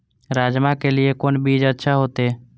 राजमा के लिए कोन बीज अच्छा होते?